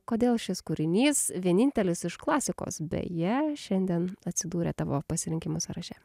kodėl šis kūrinys vienintelis iš klasikos beje šiandien atsidūrė tavo pasirinkimų sąraše